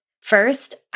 First